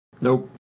nope